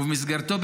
ובמסגרתו,